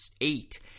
eight